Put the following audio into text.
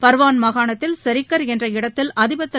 பர்வான் மாகாணத்தில் சரிக்கர் என்ற இடத்தில் அதிபர் திரு